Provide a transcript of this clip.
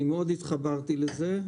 התחברתי לזה מאוד.